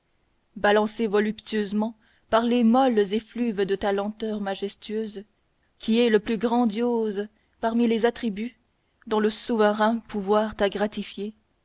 balancé voluptueusement par les mols effluves de ta lenteur majestueuse qui est le plus grandiose parmi les attributs dont le souverain pouvoir t'a gratifié